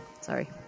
Sorry